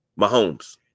Mahomes